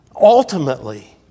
Ultimately